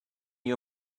you